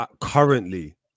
currently